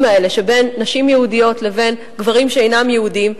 האלה שבין נשים יהודיות לבין גברים שאינם יהודים,